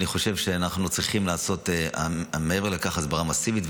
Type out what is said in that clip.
אני חושב שמעבר לכך אנחנו צריכים לעשות הסברה מסיבית,